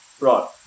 Right